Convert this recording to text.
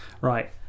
Right